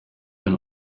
when